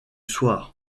soir